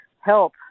help